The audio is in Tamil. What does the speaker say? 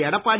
எடப்பாடி